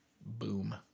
Boom